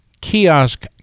kiosk